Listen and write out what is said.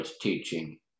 teaching